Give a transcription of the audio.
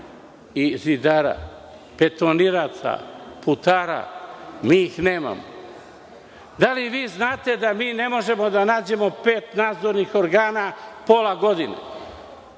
i zidara, betoniraca, putara, a mi ih nemamo. Da li vi znate da mi ne možemo da nađemo pet nadzornih organa pola godine?